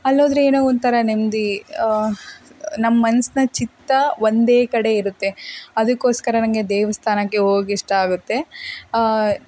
ಅಲ್ಲಿ ಹೋದ್ರೆ ಏನೋ ಒಂಥರ ನೆಮ್ಮದಿ ನಮ್ಮ ಮನ್ಸಿನ ಚಿತ್ತ ಒಂದೇ ಕಡೆ ಇರುತ್ತೆ ಅದಕ್ಕೋಸ್ಕರ ನನಗೆ ದೇವಸ್ಥಾನಕ್ಕೆ ಹೋಗಕಿಷ್ಟ ಆಗುತ್ತೆ